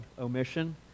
omission